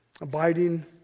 Abiding